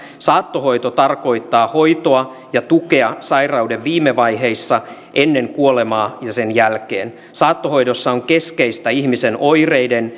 saattohoito tarkoittaa hoitoa ja tukea sairauden viime vaiheissa ennen kuolemaa ja sen jälkeen saattohoidossa on keskeistä ihmisen oireiden